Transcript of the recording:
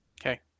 Okay